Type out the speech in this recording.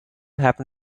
happen